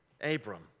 Abram